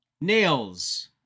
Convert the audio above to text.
nails